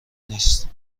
نیست